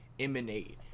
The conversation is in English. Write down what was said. emanate